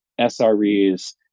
SREs